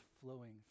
flowing